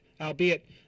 albeit